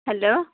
hello